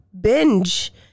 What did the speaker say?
binge